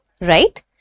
right